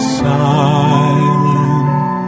silent